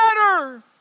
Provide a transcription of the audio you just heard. better